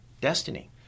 destiny